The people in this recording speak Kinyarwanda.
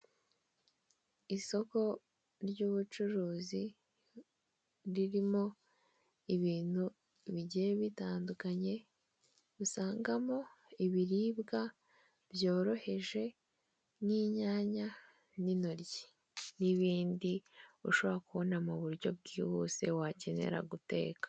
Isoko ry'ubucuruzi ririmo ibintu bigiye bitandukanye, usangamo ibiribwa byoroheje nk'inyanya n'intoryi n'ibindi ushobora kubona mu buryo bwihuse wakenera guteka.